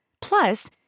Plus